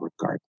regard